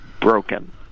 broken